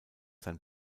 sein